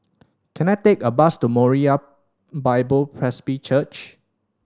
can I take a bus to Moriah Bible Presby Church